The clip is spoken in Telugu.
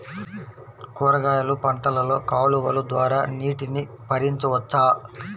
కూరగాయలు పంటలలో కాలువలు ద్వారా నీటిని పరించవచ్చా?